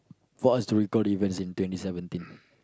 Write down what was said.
for us to recall the events in twenty seventeen